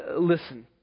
Listen